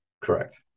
Correct